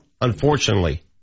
unfortunately